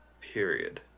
period